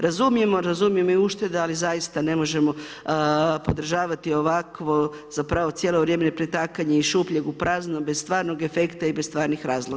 Razumijemo i razumijem i ušteda, ali zaista ne možemo podržavati ovakvo, zapravo cijelo vrijeme pretakanje iz šupljeg u prazno bez stvarnog efekta i bez stvarnih razloga.